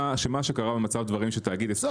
מה שקרה במצב דברים שתאגיד -- תוכנית השקעות של העירייה.